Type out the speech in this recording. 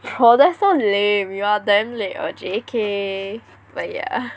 bro that's so lame you're damn lame err J_K but yeah